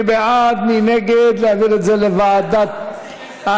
מי בעד ומי נגד להעביר את זה לוועדת הכנסת,